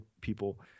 people